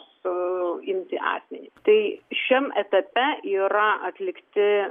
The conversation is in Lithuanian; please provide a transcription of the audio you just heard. leidimo suimti asmenį tai šiam etape yra atlikti